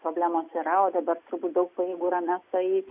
problemos yra o dabar turbūt daug pinigų yra mestą į